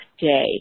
day